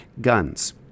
guns